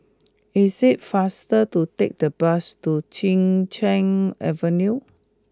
is it faster to take the bus to Chin Cheng Avenue